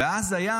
ואז היה